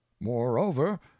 moreover